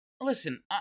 listen